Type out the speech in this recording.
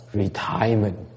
retirement